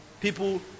people